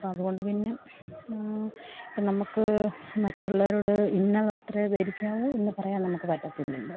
അപ്പം അതുകൊണ്ട് പിന്നെ ഇപ്പം നമുക്ക് മറ്റുള്ളവരോട് ഇന്ന വസ്ത്രമേ ധരിക്കാവൂ എന്ന് പറയാൻ നമുക്ക് പറ്റത്തില്ലല്ലോ